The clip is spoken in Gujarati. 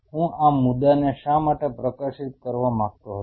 હું આ મુદ્દાને શા માટે પ્રકાશિત કરવા માંગતો હતો